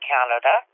Canada